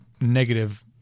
negative